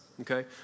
okay